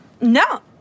No